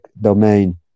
domain